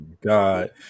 god